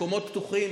מקומות פתוחים,